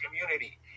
community